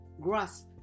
grasp